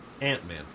Ant-Man